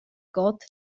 god